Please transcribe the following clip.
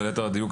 וליתר הדיוק,